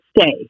stay